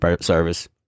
service